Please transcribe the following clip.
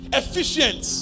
efficient